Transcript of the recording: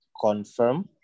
confirm